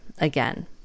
again